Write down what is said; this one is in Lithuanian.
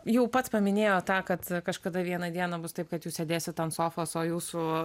jau pats paminėjot tą kad kažkada vieną dieną bus taip kad jūs sėdėsite ant sofos o jūsų